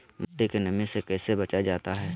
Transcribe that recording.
मट्टी के नमी से कैसे बचाया जाता हैं?